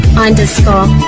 underscore